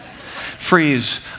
Freeze